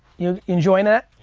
you enjoying that?